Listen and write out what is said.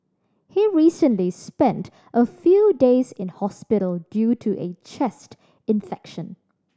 he recently spent a few days in hospital due to a chest infection